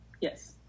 yes